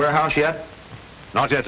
warehouse yet not yet